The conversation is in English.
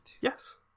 Yes